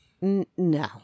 no